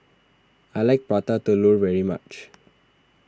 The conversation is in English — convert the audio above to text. I like Prata Telur very much